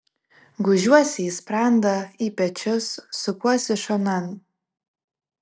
gūžiuosi į sprandą į pečius sukuosi šonan